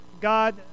God